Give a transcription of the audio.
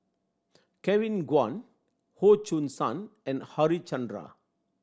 Kevin Kwan Goh Choo San and Harichandra